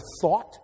thought